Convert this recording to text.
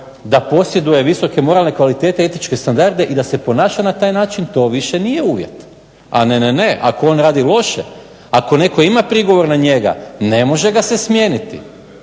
da posjeduje visoke moralne kvalitete, etičke standarde i da se ponaša na taj način to više nije uvjet, a ne, ne. Ako on radi loše, ako netko ima prigovor na njega ne može ga se smijeniti,